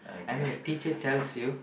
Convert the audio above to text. and then the teacher tells you